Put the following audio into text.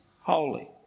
holy